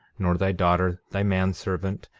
nor thy daughter, thy man-servant,